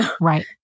Right